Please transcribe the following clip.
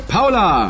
Paula